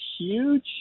Huge